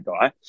guy